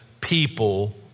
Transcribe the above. people